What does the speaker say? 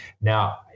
Now